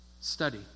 Study